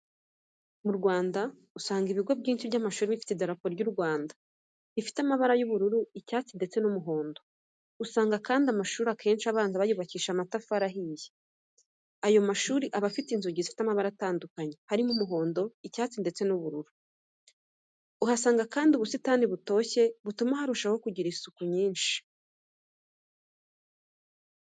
Mu Rwanda usanga ibigo by'amashuri bifite iteka idarapo ryu Rwanda, rifite amabara y'ubururu, icyatsi, ndetse n'umuhondo. Usanga kandi amashuri akenshi abanza bayubakisha amatafari ahiye, ayo mashuri aba afite inzugi zifite amabara atandukanye harimo umuhondo, icyatsi, ndetse n'ubururu. Uhasanga kandi ubusitani butoshye butuma harushaho kugira isuku nyinshi.